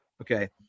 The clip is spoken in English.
okay